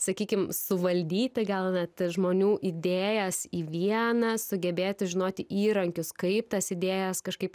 sakykim suvaldyti gal net žmonių idėjas į vieną sugebėti žinoti įrankius kaip tas idėjas kažkaip